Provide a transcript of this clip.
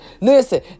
Listen